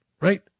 Right